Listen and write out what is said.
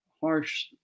harsh